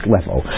level